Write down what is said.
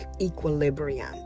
equilibrium